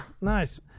Nice